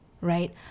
right